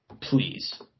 Please